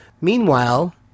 Meanwhile